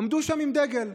עמדו שם עם דגל.